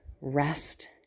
rest